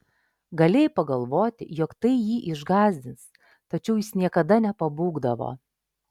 galėjai pagalvoti jog tai jį išgąsdins tačiau jis niekada nepabūgdavo